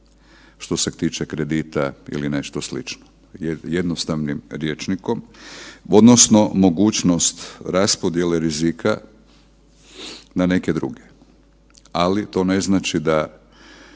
što se tiče kredita ili nešto slično jednostavnim rječnikom odnosno mogućnost raspodjele rizika na neke druge. Ali to ne znači da